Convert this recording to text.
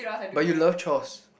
but you love chores